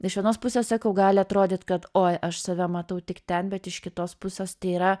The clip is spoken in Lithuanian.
iš vienos pusės sakau gali atrodyt kad oi aš save matau tik ten bet iš kitos pusės tai yra